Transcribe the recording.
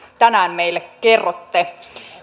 tänään meille kerrotte